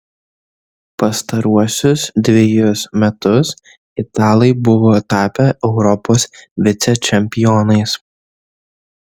pastaruosius dvejus metus italai buvo tapę europos vicečempionais